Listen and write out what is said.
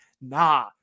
Nah